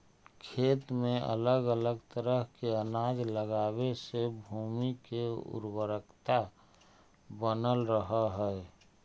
खेत में अलग अलग तरह के अनाज लगावे से भूमि के उर्वरकता बनल रहऽ हइ